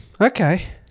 Okay